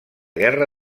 guerra